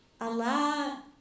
Allah